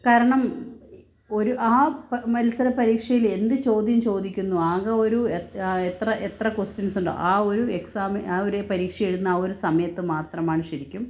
കാരണം ഒരു ആ മത്സര പരീക്ഷയില് എന്ത് ചോദ്യം ചോദിക്കുന്നു ആകെ ഒരു എത്ര എത്ര എത്ര കൊസ്റ്റിന്സ് ഉണ്ട് ആ ഒരു എക്സാം ആ ഒരു പരീക്ഷ എഴുതുന്ന ആ ഒരു സമയത്ത് മാത്രമാണ് ശരിക്കും